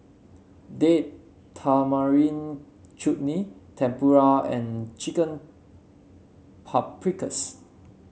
Date Tamarind Chutney Tempura and Chicken Paprikas